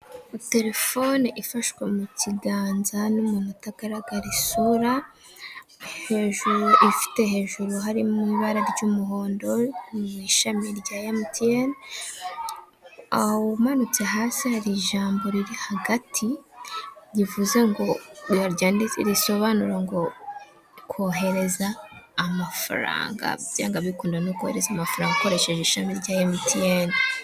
telefone ifashwe mu kiganza n'umuntu utagaragara isura hejuru ifite hejuru harimo ibara ry'umuhondo mu ishami rya emutiyene aho umutse hasi hari ijambo riri hagati rivuze ngoyaryanditse risobanura ngo kohereza amafaranga byanga bikunda no kohereza amafaranga akoresheje ishami rya emityene.